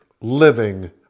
living